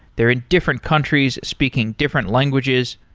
they're in different countries speaking different languages.